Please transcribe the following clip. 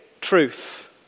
truth